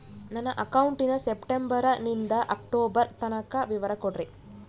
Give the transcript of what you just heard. ನನ್ನ ಅಕೌಂಟಿನ ಸೆಪ್ಟೆಂಬರನಿಂದ ಅಕ್ಟೋಬರ್ ತನಕ ವಿವರ ಕೊಡ್ರಿ?